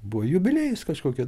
buvo jubiliejus kažkokio